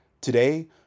Today